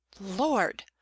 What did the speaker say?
Lord